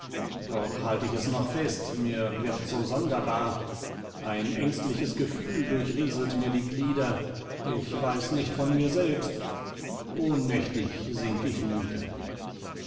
doch halt ich es noch fest mir wird so sonderbar ein ängstliches gefühl durchrieselt mir die glieder ich weiß nicht von mir selbst ohnmächtig sink ich nieder